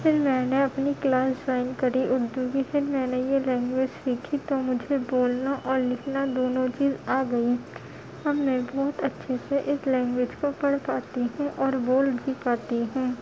پھر میں نے اپنی کلاس جوائن کری اردو کی پھر میں نے یہ لینگویج سیکھی تو مجھے بولنا اور لکھنا دونوں چیز آ گئیں اب میں بہت اچھے سے اس لینگویج کو پڑھ پاتی ہوں اور بول بھی پاتی ہوں